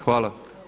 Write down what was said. Hvala.